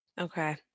Okay